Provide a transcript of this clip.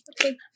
Okay